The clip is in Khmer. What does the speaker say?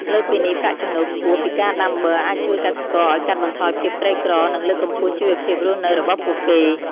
លើសពីនេះ ប្រាក់ចំណូលខ្ពស់ពីការដាំបឺរអាចជួយកសិករឱ្យកាត់បន្ថយភាពក្រីក្រ និងលើកកម្ពស់ជីវភាពរស់នៅរបស់ពួកគេ។